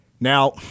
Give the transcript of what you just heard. Now